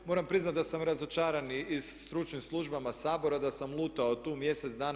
Moram priznati da sam razočaran i stručnim službama Sabora, da sam lutao tu mjesec dana.